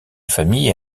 famille